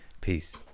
peace